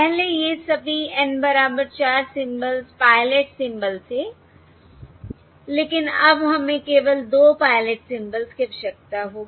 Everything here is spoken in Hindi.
पहले ये सभी N बराबर 4 सिंबल्स पायलट सिंबल थे लेकिन अब हमें केवल 2 पायलट सिंबल्स की आवश्यकता होगी